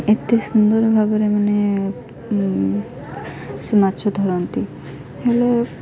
ଏତେ ସୁନ୍ଦର ଭାବରେ ମାନେ ସେ ମାଛ ଧରନ୍ତି ହେଲେ